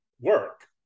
work